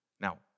Now